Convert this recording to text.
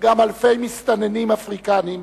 גם אלפי מסתננים אפריקנים,